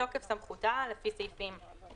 התשפ"א 2021. בתוקף סמכותה לפי סעיפים 4,